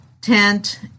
tent